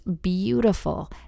beautiful